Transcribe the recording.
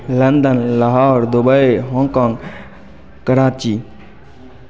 London Lahore Dubai Hong Kong Karachi